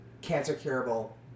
cancer-curable